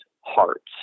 hearts